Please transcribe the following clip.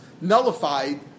nullified